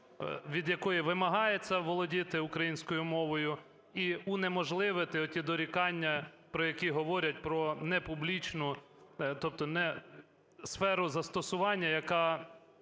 від якої вимагається володіти українською мовою, і унеможливити оті дорікання, про які говорять, про непублічну, тобто сферу застосування, яка